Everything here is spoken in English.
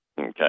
Okay